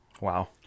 Wow